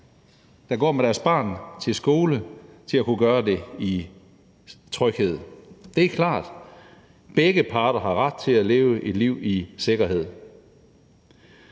at følge deres børn til skole og at kunne gøre det i tryghed. Det er klart. Begge parter har ret til at leve et liv i sikkerhed.